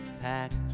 packed